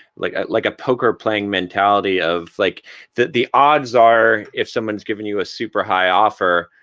like like a poker playing mentality of like the the odds are if someone's given you a super high offer.